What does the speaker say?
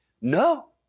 No